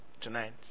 tonight